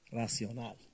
racional